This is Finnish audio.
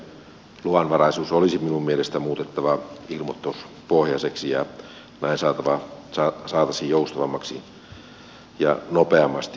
rahankeräyksen luvanvaraisuus olisi minun mielestäni muutettava ilmoituspohjaiseksi ja näin se saataisiin joustavammaksi ja nopeammin jalalle